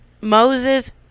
Moses